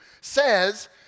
says